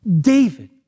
David